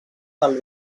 del